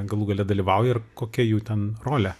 galų gale dalyvauja ir kokia jų ten rolė